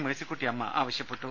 മേഴ്സിക്കുട്ടിഅമ്മ ആവശ്യപ്പെട്ടു